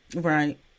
right